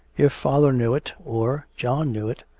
if father knew it, or john knew it,